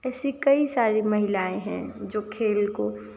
ऐसी कई सारी महिलाएँ हैं जो खेल को